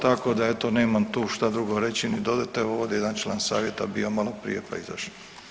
Tako da eto nemam tu šta drugo reći ni dodati, evo ovdje je jedan član savjeta bio maloprije pa izašo.